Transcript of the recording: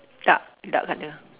dark dark color